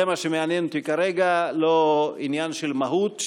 זה מה שמעניין אותי כרגע, לא עניין של מהות.